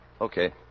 Okay